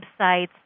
websites